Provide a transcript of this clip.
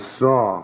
saw